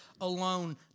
alone